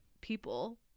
people